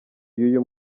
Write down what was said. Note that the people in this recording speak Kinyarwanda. y’uyu